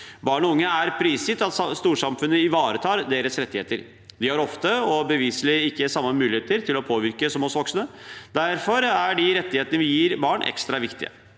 Barn og unge er prisgitt at storsamfunnet ivaretar deres rettigheter. De har ofte og beviselig ikke samme muligheter til å påvirke som oss voksne. Derfor er de rettighetene vi gir barn, ekstra viktige.